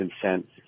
consent